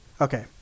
Okay